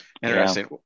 Interesting